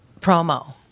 promo